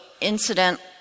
incident